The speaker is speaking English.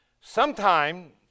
Sometime